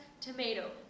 tomato